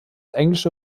englische